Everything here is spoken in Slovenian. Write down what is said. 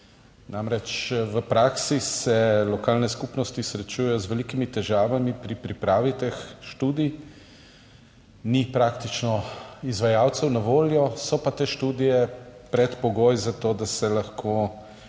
namreč v praksi se lokalne skupnosti srečujejo z velikimi težavami pri pripravi teh študij. Praktično izvajalcev ni na voljo, so pa te študije predpogoj za to, da se lahko